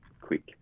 quick